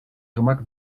gemak